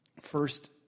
First